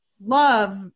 love